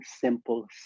simple